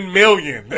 million